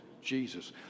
Jesus